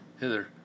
hither